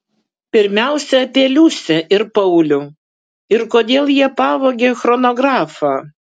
pirmiausia apie liusę ir paulių ir kodėl jie pavogė chronografą